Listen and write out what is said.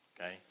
okay